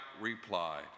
replied